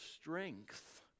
strength